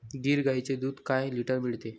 गीर गाईचे दूध काय लिटर मिळते?